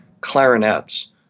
clarinets